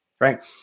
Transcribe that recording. right